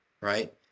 right